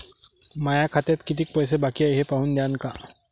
माया खात्यात कितीक पैसे बाकी हाय हे पाहून द्यान का?